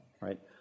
right